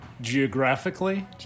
Geographically